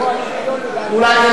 אולי תלך לרמקול,